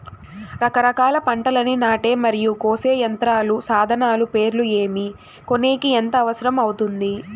రకరకాల పంటలని నాటే మరియు కోసే యంత్రాలు, సాధనాలు పేర్లు ఏమి, కొనేకి ఎంత అవసరం అవుతుంది?